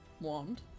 wand